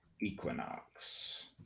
equinox